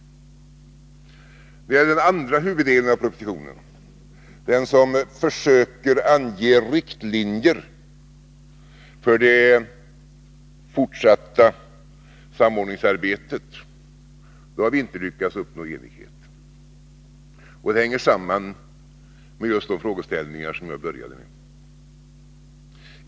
När det gäller den andra huvuddelen av propositionen som försöker ange riktlinjer för det fortsatta samordningsarbetet har vi inte lyckats uppnå enighet. Det hänger samman med just de frågeställningar som jag började med att ta upp.